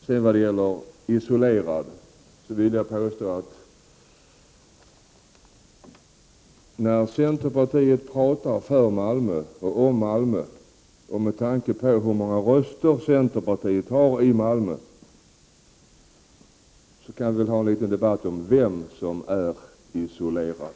Vad sedan gäller isolering, vill jag påstå att när centerpartiet pratar för och om Malmö, kan vi med tanke på hur många röster centerpartiet har i Malmö gärna ta en liten debatt om vem det är som är isolerad.